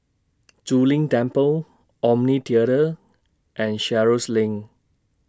Zu Lin Temple Omni Theatre and Sheares LINK